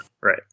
Right